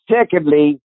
secondly